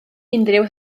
unrhyw